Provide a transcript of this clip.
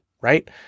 Right